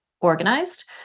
organized